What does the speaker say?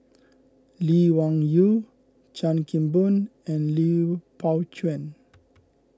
Lee Wung Yew Chan Kim Boon and Lui Pao Chuen